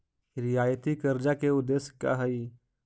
रियायती कर्जा के उदेश्य का हई?